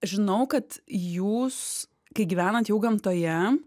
žinau kad jūs kai gyvenant jau gamtoje